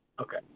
Okay